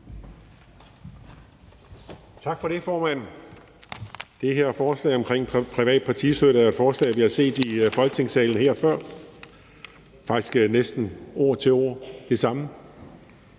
Tak for det, formand. Det her forslag omkring privat partistøtte er jo et forslag, vi har set her i Folketingssalen før, faktisk næsten ord til ord det samme.